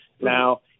Now